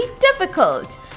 difficult